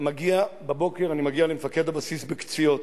בבוקר אני מגיע למפקד הבסיס בקציעות.